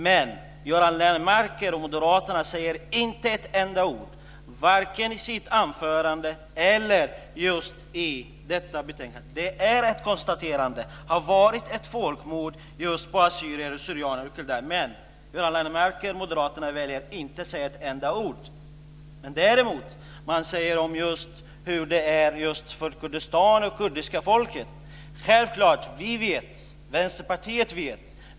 Men Göran Lennmarker och moderaterna säger inte ett enda ord om det, varken i anförandet här i kammaren eller i betänkandet. Det är ett konstaterande att det har skett ett folkmord på assyrier/syrianer och kaldéer. Göran Lennmarker och moderaterna väljer att inte säga ett enda ord om det. Däremot talar moderaterna om hur det är i Kurdistan och för det kurdiska folket. Vänsterpartiet vet.